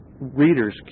readers